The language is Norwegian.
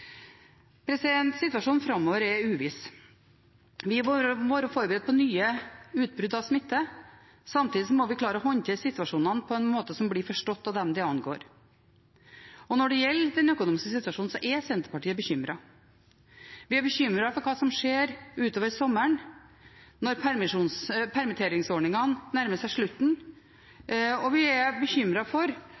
uviss. Vi må være forberedt på nye utbrudd av smitte. Samtidig må vi klare å håndtere situasjonen på en måte som blir forstått av dem det angår. Når det gjelder den økonomiske situasjonen, er Senterpartiet bekymret. Vi er bekymret for hva som skjer ut over sommeren når permitteringsordningene nærmer seg slutten, og vi er bekymret for